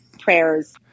prayers